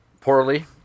poorly